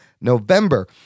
November